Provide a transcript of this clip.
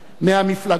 מהמפלגות,